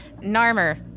Narmer